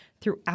throughout